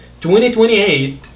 2028